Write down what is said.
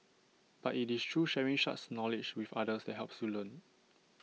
but IT is through sharing such knowledge with others that helps you learn